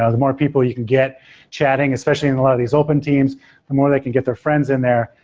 ah the more people you can get chatting, especially in a lot of these open teams, the more they can get their friends in there,